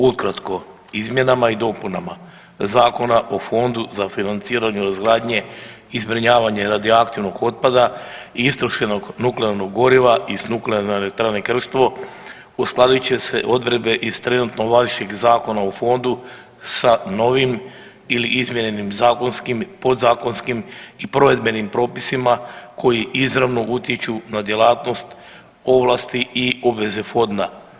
Ukratko, izmjenama i dopunama Zakona o Fondu za financiranje izgradnje i zbrinjavanje radioaktivnog otpada i istrošenog nuklearnog goriva iz NE Krško uskladit će se odredbe iz trenutno važećeg zakona o Fondu sa novim ili izmijenjenim zakonskim i podzakonskim i provedbenim propisima koji izravno utječu na djelatnost, ovlasti i obveze Fonda.